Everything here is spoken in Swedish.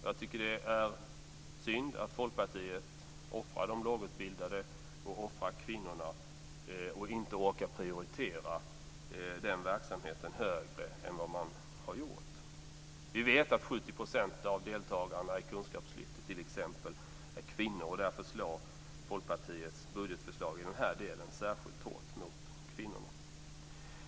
Jag tycker att det är synd att Folkpartiet här offrar de lågutbildade och kvinnorna och inte orkar prioritera den verksamheten högre än man har gjort. Vi vet t.ex. att 70 % av deltagarna i kunskapslyftet är kvinnor, och därför slår Folkpartiets budgetförslag i den här delen särskilt hårt mot kvinnorna.